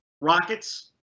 rockets